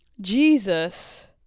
Jesus